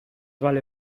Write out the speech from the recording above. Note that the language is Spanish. vale